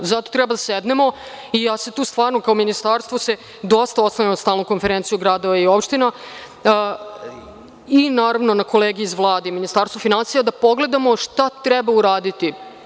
Zato treba da sednemo i kao ministarstvo se dosta oslanja na Stalnu konferenciju gradova i opština i, naravno, na kolege iz Vlade, Ministarstvo finansija, i da pogledamo šta treba uraditi.